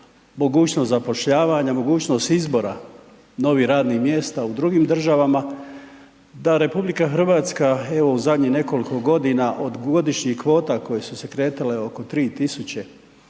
mogućnost zapošljavanja, mogućnost izbora novih radnih mjesta u drugim državama, da RH evo u zadnjih nekoliko godina od godišnjih kvota koje su se kretale oko 3.000